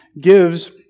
gives